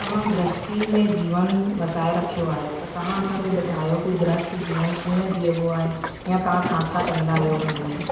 तव्हां गृहस्थी में जीवन वसाए रखियो आहे त तव्हां असांखे ॿुधायो की गृहस्थ जीवन कीअं जीअबोआहे या तव्हां छा छा कंदा आहियो हुन में